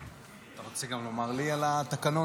אתה רוצה גם לומר לי על התקנון?